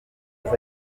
neza